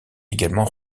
également